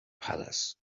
palace